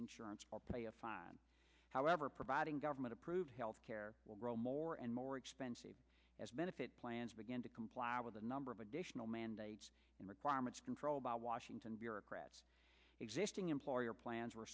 insurance or pay a fine however providing government approved health care will grow more and more expensive as benefit plans begin to comply with a number of additional mandates and requirements control by washington bureaucrats existing employer plans were